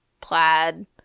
plaid